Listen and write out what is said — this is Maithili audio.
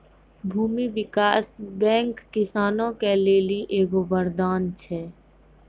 भूमी विकास बैंक किसानो के लेली एगो वरदान छै